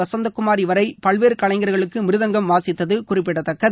வசந்தகுமாரி வரை பல்வேறு கலைஞர்களுக்கு மிருதங்கம் வாசித்தது குறிப்பிடத்தக்கது